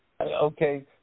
Okay